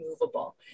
movable